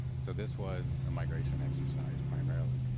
so this was a migration exercise primarily.